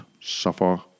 suffer